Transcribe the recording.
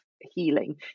healing